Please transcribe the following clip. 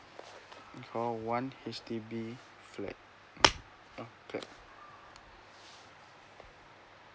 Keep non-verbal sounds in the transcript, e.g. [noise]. call one it's H_D_B flat [noise]